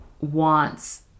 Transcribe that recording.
wants